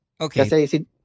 Okay